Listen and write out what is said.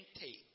take